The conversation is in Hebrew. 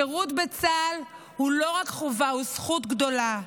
שירות בצה"ל הוא לא רק חובה, הוא זכות גדולה.